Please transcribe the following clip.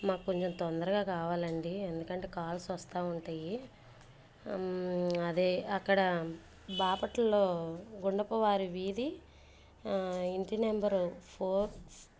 మాకు కొంచెం తొందరగా కావాలండి ఎందుకంటే కాల్స్ వస్తూ ఉంతాయి అదే అక్కడ బాపట్లలో గుండపు వారి వీధి ఇంటి నెంబరు ఫోర్